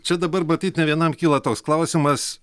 čia dabar matyt ne vienam kyla toks klausimas